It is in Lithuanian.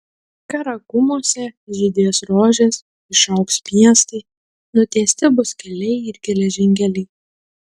karakumuose žydės rožės išaugs miestai nutiesti bus keliai ir geležinkeliai